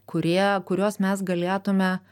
kurie kuriuos mes galėtume